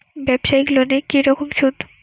ব্যবসায়িক লোনে কি রকম সুদ?